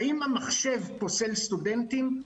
האם המחשב פוסל סטודנטים?